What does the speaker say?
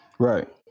Right